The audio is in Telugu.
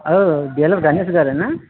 డీలర్ గణేష్ గారేనా